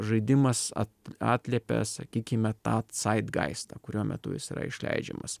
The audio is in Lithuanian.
žaidimas at atliepia sakykime tą caidgaistą kurio metu jis yra išleidžiamas